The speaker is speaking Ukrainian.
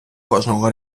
кожного